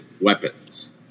weapons